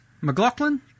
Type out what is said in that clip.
McLaughlin